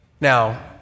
Now